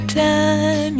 time